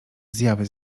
zjawy